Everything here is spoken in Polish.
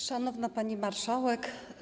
Szanowna Pani Marszałek!